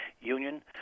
Union